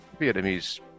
Vietnamese